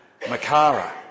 Makara